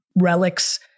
relics